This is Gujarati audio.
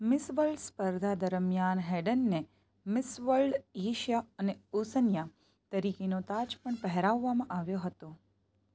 મિસ વર્લ્ડ સ્પર્ધા દરમિયાન હેડનને મિસ વર્લ્ડ એશિયા અને ઓસનિયા તરીકેનો તાજ પણ પહેરાવવામાં આવ્યો હતો